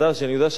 חשובה,